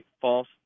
false